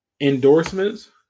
endorsements